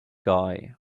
guy